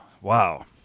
wow